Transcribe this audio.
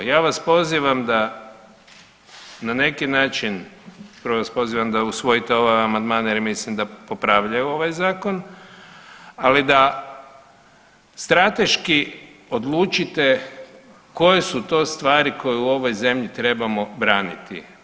Ja vas pozivam da na neki način, prvo vas pozivam da usvojite ovaj amandman jer mislim da popravlja ovaj zakon, ali da strateški odlučite koje su to stvari koje u ovoj zemlji trebamo braniti.